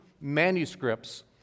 manuscripts